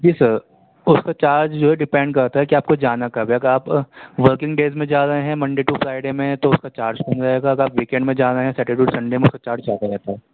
جی sir اس کا charge جو ہے ڈپینٹ کرتا ہے کہ آپ کو جانا کب ہے تو آپ ورکنگ ڈیز میں جا رہے ہیں منڈے ٹو فرائی ڈے میں تو اس کا چارج کم رہے گا اگر ویکینڈ میں جا رہے ہیں سٹرڈے ٹو سنڈے میں اس کا چارج زیادہ رہتا ہے